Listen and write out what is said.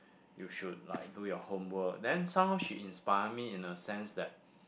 you should like do your homework then somehow she inspire me in the sense that